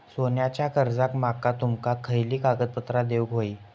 सोन्याच्या कर्जाक माका तुमका खयली कागदपत्रा देऊक व्हयी?